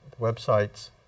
websites